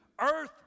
Earth